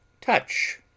Touch